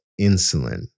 insulin